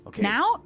now